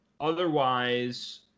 Otherwise